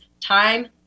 time